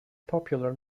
popular